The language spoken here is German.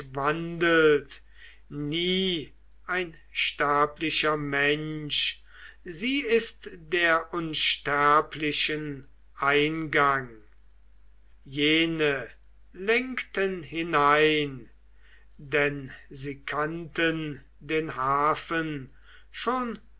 nie ein sterblicher mensch sie ist der unsterblichen eingang jene lenkten hinein denn sie kannten den hafen schon